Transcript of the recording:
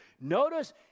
notice